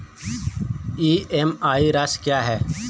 EMI राशि क्या है?